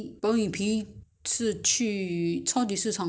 那个叫什么那个 bangkuang ah